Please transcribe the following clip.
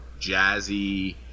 jazzy